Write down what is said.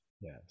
Yes